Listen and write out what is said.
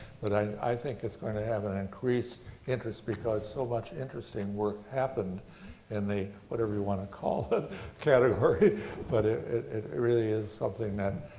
but i think it's going to have an increased interest because so much interesting work happened in the whatever you want to call kind of but it it really is something that,